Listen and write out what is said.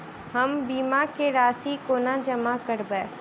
हम बीमा केँ राशि कोना जमा करबै?